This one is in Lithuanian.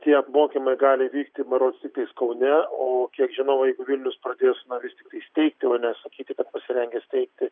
tie apmokymai gali vykti berods tiktais kaune o kiek žinau jeigu vilnius pradės na vis tiktais teikti o nesakyti kad pasirengęs teikti